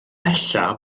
ella